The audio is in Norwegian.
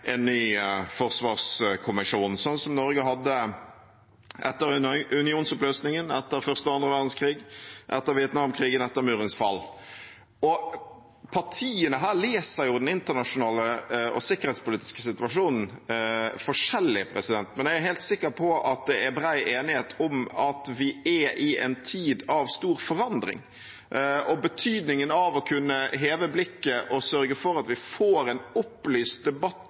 en ny forsvarskommisjon, som Norge hadde etter unionsoppløsningen, etter første og annen verdenskrig, etter Vietnamkrigen og etter Murens fall. Partiene leser jo den internasjonale og sikkerhetspolitiske situasjonen forskjellig, men jeg er helt sikker på at det er bred enighet om at vi er i en tid av stor forandring. Betydningen av å kunne heve blikket og sørge for at vi får en opplyst debatt